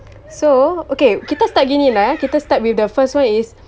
so okay kita start gini lah eh kita start with the first one is